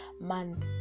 man